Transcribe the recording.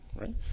right